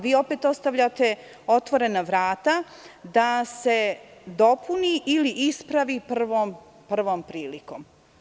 Vi opet ostavljate otvorena vrata da se dopuni ili ispravi prvom prilikom.